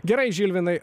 gerai žilvinai